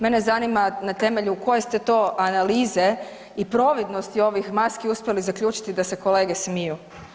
Mene zanima na temelju koje ste to analize i providnosti ovih maski uspjeli zaključiti da se kolege smiju?